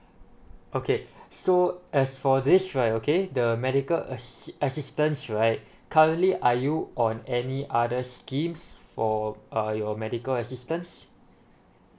okay so as for this right okay the medical assist assistance right currently are you on any other schemes for uh your medical assistance